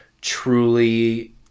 truly